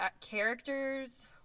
characters